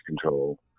Control